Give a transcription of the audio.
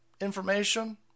information